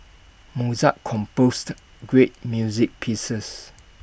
Mozart composed great music pieces